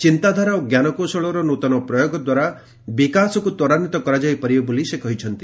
ଚିନ୍ତାଧାରା ଓ ଜ୍ଞାନକୌଶଳର ନ୍ତନ ପ୍ରୟୋଗ ଦ୍ୱାରା ବିକାଶକୁ ତ୍ୱରାନ୍ୱିତ କରାଯାଇ ପାରିବ ବୋଲି ସେ କହିଛନ୍ତି